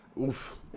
Oof